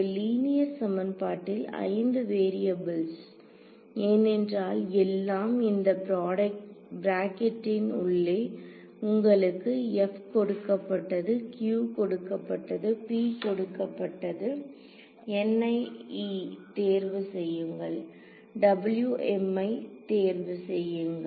ஒரு லீனியர் சமன்பாட்டில் 5 வேரியபுள்ஸ்ல் ஏனென்றால் எல்லாம் இந்த பிராக்கெடின் உள்ளே உங்களுக்கு f கொடுக்கப்பட்டது q கொடுக்கப்பட்டது p கொடுக்கப்பட்டது தேர்வு செய்யுங்கள் ஐ தேர்வு செய்யுங்கள்